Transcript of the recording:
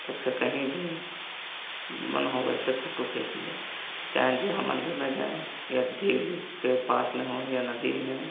तब से कहीं भी मन हो वैसी फ़ोटो खींच ले चाहे जहाँ मन्दिर में गए या झील पर पास में हो या नदी है